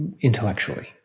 intellectually